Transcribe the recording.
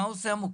מה עושה המוקד?